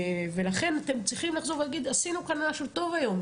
ולכן אתם צריכים לחזור להגיד: עשינו כאן משהו טוב היום,